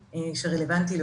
הפתוח.